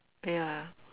ya